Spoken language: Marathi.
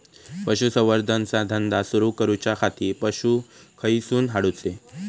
पशुसंवर्धन चा धंदा सुरू करूच्या खाती पशू खईसून हाडूचे?